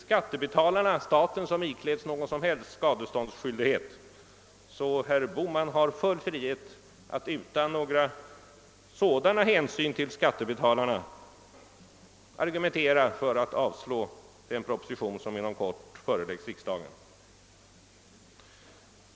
Skattebetalarna-staten ikläds inte någon som helst skadeståndsskyldighet, och herr Bohman har alltså full frihet att utan några sådana hänsyn till skattebetalarna argumentera för avslag på den proposition som inom kort föreläggs riksdagen.